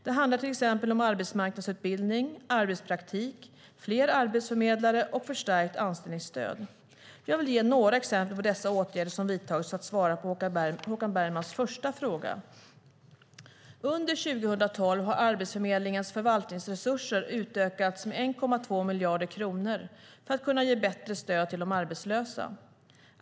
Det handlar till exempel om arbetsmarknadsutbildning, arbetspraktik, fler arbetsförmedlare och förstärkt anställningsstöd. Jag vill ge några exempel på dessa åtgärder som vidtagits för att svara på Håkan Bergmans första fråga. Under 2012 har Arbetsförmedlingens förvaltningsresurser ökats med 1,2 miljarder kronor för att kunna ge bättre stöd till de arbetslösa.